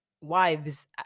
wives